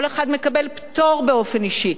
כל אחד מקבל פטור באופן אישי,